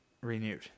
renewed